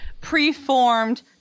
preformed